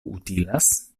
utilas